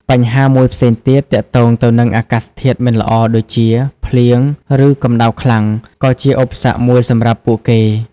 បញ្ហាមួយផ្សេងទៀតទាក់ទងទៅនឹងអាកាសធាតុមិនល្អដូចជា ភ្លៀង ឬកំដៅខ្លាំង ក៏ជាឧបសគ្គមួយសម្រាប់ពួកគេ។